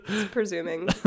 presuming